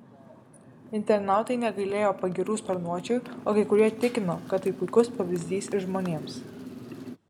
internautai negailėjo pagyrų sparnuočiui o kai kurie tikino kad tai puikus pavyzdys ir žmonėms